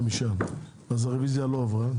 5. הרביזיה לא עברה.